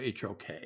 HOK